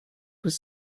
was